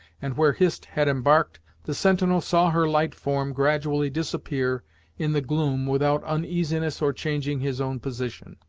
and where hist had embarked, the sentinel saw her light form gradually disappear in the gloom without uneasiness or changing his own position.